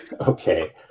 Okay